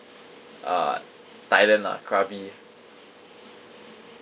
uh thailand ah krabi